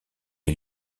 est